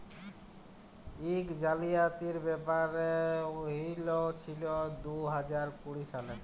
ইক জালিয়াতির ব্যাপার হঁইয়েছিল দু হাজার কুড়ি সালে